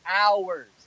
hours